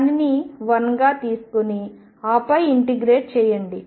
దానిని 1గా తీసుకుని ఆపై ఇంటిగ్రేట్ చేయండి